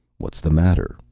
what's the matter?